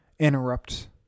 interrupt